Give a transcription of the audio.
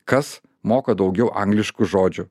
kas moka daugiau angliškų žodžių